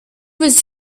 was